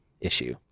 issue